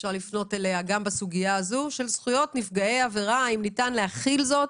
האם ניתן להחיל את חוק נפגעי עבירה זאת